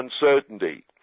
uncertainty